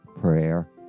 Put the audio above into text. prayer